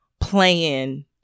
playing